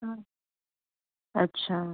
हाँ अच्छा